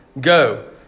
Go